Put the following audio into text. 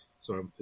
Sorry